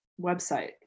website